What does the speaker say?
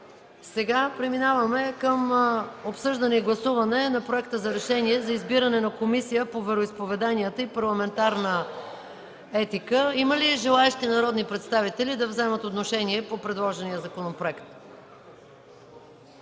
Преминаваме към обсъждане и гласуване на Проекта за решение за избиране на Комисия по вероизповеданията и парламентарна етика. Има ли желаещи народни представители да вземат отношение по предложения законопроект?